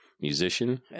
musician